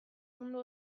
mundu